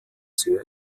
sehr